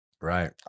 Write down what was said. Right